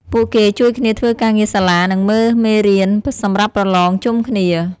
ពួកគេជួយគ្នាធ្វើការងារសាលា និងមើលមេរៀនសម្រាប់ប្រឡងជុំគ្នា។